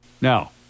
Now